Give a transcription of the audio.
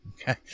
okay